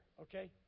okay